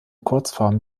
kurzform